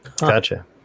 Gotcha